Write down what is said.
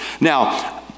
Now